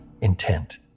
intent